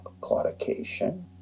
claudication